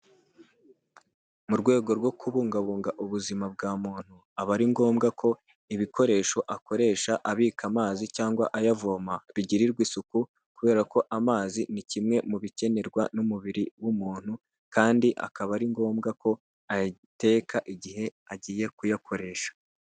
Mu rwego rwo kubungabunga ubuzima bwa muntu aba ari ngombwa ko ibikoresho akoresha abika amazi cyangwa ayavoma bigirirwa isuku kubera ko amazi ni kimwe mu bikenerwa n'umubiri w'umuntu, kandi akaba ari ngombwa ko ayateka igihe agiye kuyakoresha.